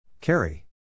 Carry